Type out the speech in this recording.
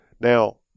Now